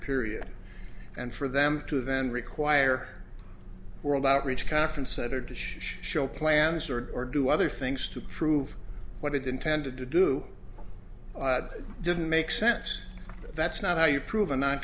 period and for them to then require world outreach conference center dish show plans are or do other things to prove what it intended to do didn't make sense that's not how you prove a non